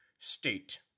State